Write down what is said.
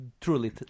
truly